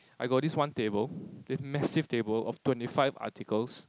I got this one table massive table of twenty five articles